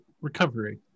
recovery